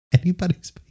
Anybody's